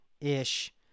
ish